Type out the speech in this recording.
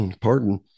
pardon